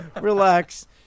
Relax